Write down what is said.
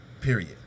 Period